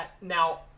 Now